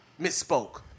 misspoke